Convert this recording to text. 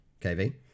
KV